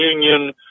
union